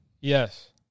Yes